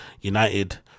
United